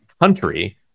country